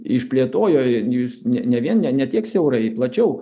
išplėtojo jūs ne vien ne ne tiek siaurai plačiau